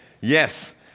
yes